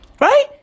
Right